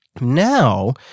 Now